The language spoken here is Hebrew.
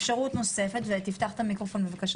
אפשרות נוספת, אפשר